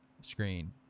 screen